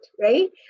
right